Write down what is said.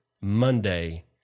Monday